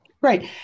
Right